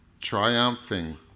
triumphing